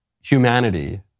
humanity